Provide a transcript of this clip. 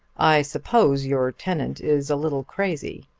i suppose your tenant is a little crazy.